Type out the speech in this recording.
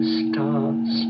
stars